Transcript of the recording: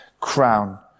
crown